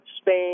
Spain